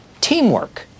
Teamwork